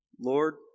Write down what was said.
Lord